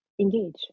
engage